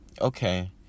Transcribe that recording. okay